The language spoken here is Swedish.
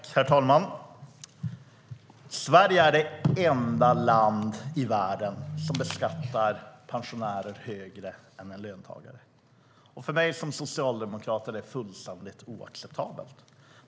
Herr talman! Sverige är det enda land i världen som beskattar pensionärer högre än löntagare. För mig som socialdemokrat är det fullständigt oacceptabelt.